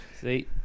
see